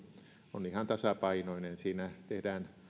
on ihan tasapainoinen siinä tehdään